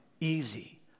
easy